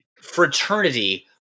fraternity